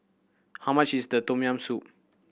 how much is the Tom Yam Soup